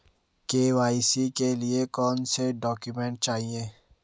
KYC के लिए कौनसे डॉक्यूमेंट चाहिये?